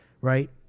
right